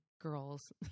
girls